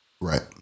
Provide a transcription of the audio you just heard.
right